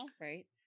right